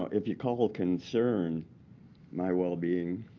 so if you call concern my well-being,